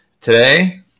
today